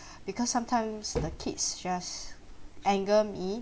because sometimes the kids just anger me